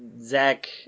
Zach